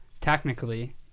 technically